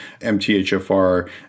MTHFR